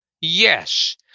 Yes